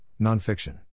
Nonfiction